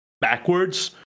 backwards